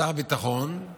שר הביטחון,